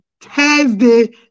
Thursday